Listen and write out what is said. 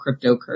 cryptocurrency